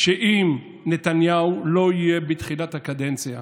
שאם נתניהו לא יהיה בתחילת הקדנציה